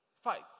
Fight